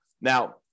Now